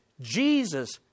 Jesus